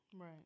Right